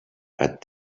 but